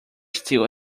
still